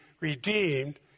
redeemed